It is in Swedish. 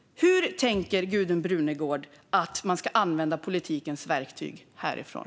Hur tänker Gudrun Brunegård att man ska använda politikens verktyg härifrån?